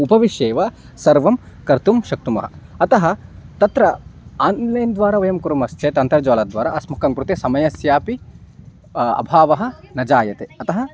उपविश्यैव सर्वं कर्तुं शक्नुमः अतः तत्र आन्लैन् द्वारा वयं कुर्मश्चेत् अन्तर्जालद्वारा अस्माकं कृते समयस्यापि अभावः न जायते अतः